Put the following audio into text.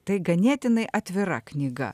tai ganėtinai atvira knyga